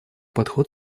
подход